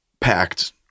packed